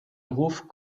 ruf